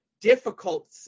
difficult